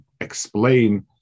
explain